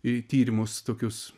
į tyrimus tokius